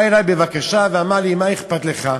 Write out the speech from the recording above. בא אלי בבקשה ואמר לי: מה אכפת לך?